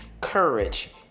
courage